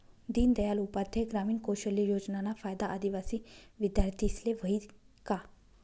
दीनदयाल उपाध्याय ग्रामीण कौशल योजनाना फायदा आदिवासी विद्यार्थीस्ले व्हयी का?